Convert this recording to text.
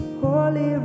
holy